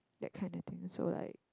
that kind of thing so like